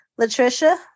Latricia